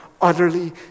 utterly